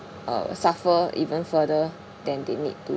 uh suffer even further than they need to